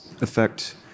affect